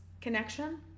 connection